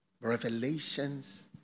Revelations